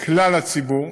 כלל הציבור,